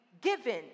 given